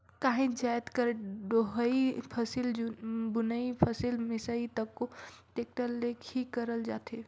काहीच जाएत कर डोहई, फसिल बुनई, फसिल मिसई तको टेक्टर ले ही करल जाथे